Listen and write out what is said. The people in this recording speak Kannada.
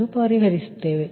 ಎಂದು ಪರಿಹರಿಸುತ್ತೇವೆ